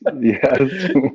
yes